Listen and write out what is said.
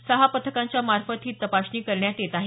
सहा पथकांच्या मार्फत ही तपासणी करण्यात येत आहे